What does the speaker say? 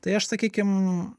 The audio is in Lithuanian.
tai aš sakykim